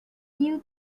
new